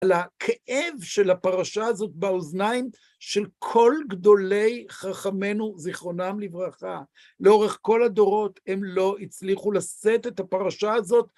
על הכאב של הפרשה הזאת באוזניים של כל גדולי חכמנו, זיכרונם לברכה. לאורך כל הדורות הם לא הצליחו לשאת את הפרשה הזאת.